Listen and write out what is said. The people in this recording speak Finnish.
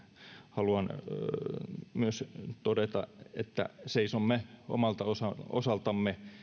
haluan todeta että seisomme omalta osaltamme